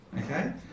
Okay